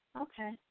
okay